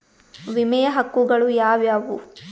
ವಿಮೆಯ ಹಕ್ಕುಗಳು ಯಾವ್ಯಾವು?